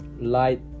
light